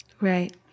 Right